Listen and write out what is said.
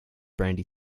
brandy